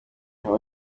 aho